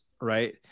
right